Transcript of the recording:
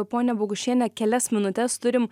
pone bogušiene kelias minutes turim